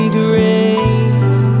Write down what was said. grace